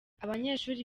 abanyeshuri